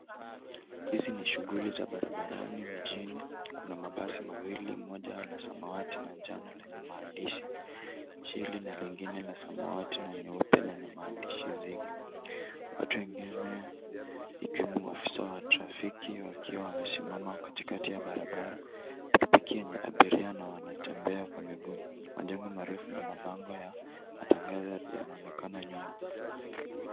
Hizi ni shughuli za barabarani mjini. Kuna mabasi mawili, moja la samawati na njano lenye maandishi chini na lingine la samawati na nyeupe lenye maandishi Zigi. Watu wengine, ikiwemo maafisa wa trafiki, wakiwa wemesimama katikati ya barabara. Pikipiki yenye abiria na wanatembea kwa miguu. Majengo marefu na mabango ya matangazo yanaonekana nyuma.